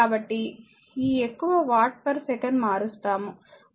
కాబట్టిఈ ఎక్కువ వాట్సెకన్ మారుస్తాము మరియు జూల్సెకను వాట్